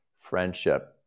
Friendship